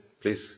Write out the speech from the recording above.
please